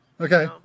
Okay